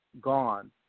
Gone